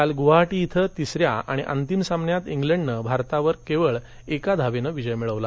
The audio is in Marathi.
काल गुवाहाटी इथं तिसऱ्या आणि अंतिम सामन्यात इंग्लंडनं भारतावर केवळ एका धावेनं विजय मिळवला